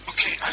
Okay